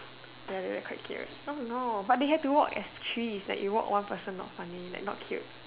ya ya ya quite cute oh no but they have to walk as threes if you walk one person like not funny not cute